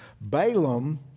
Balaam